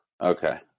Okay